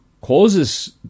causes